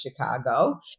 Chicago